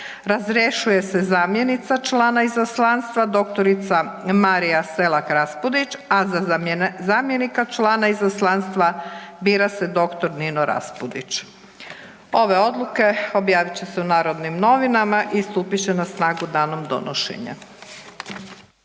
razrješuje se zamjenica člana izaslanstva dr. Marija Selak-Raspudić, a za zamjenika člana izaslanstva bira se dr. Nino Raspudić. Ove odluke objavit će se u Narodnim novinama i stupit će na snagu danom donošenja.